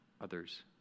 others